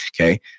Okay